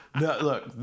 Look